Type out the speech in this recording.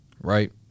right